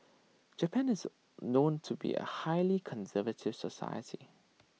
Japan is known to be A highly conservative society